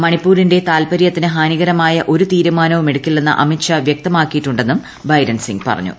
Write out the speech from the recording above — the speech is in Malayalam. മണിപ്പൂരിന്റെ താൽപ്പര്യത്തിന് ഹാനികരമായ ഒരു തീരുമാനവും എടുക്കില്ലെന്ന് അമിത് ഷാ വ്യക്തമാക്കിയിട്ടുണ്ടെന്നും ബൈരൻ സിങ് പറഞ്ഞു